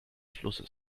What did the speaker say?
flusses